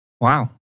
Wow